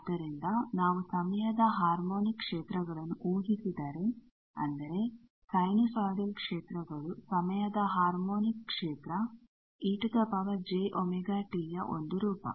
ಆದ್ದರಿಂದ ನಾವು ಸಮಯದ ಹಾರ್ಮೋನಿಕ್ ಕ್ಷೇತ್ರಗಳನ್ನು ಊಹಿಸಿದರೆ ಅಂದರೆ ಸೈನುಸೋಯಿಡಲ್ ಕ್ಷೇತ್ರಗಳು ಸಮಯದ ಹಾರ್ಮೋನಿಕ್ ಕ್ಷೇತ್ರ ej⍵t ದ ಒಂದು ರೂಪ